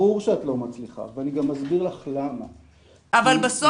אבל בסוף,